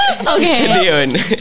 Okay